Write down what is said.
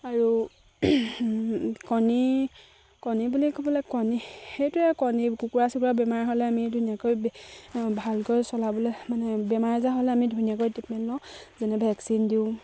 আৰু কণী কণী বুলি ক'বলে কণী সেইটোৱে কণী কুকুৰা চুকুৰা বেমাৰ হ'লে আমি ধুনীয়াকৈ ভালকৈ চলাবলে মানে বেমাৰ আজাৰ হ'লে আমি ধুনীয়াকৈ ট্ৰিটমেণ্ট লওঁ যেনে ভেকচিন দিওঁ